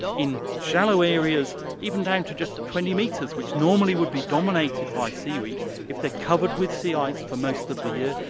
in shallow areas even down to just twenty metres which normally would be dominated by seaweeds, if they're covered with sea ice for most of the year,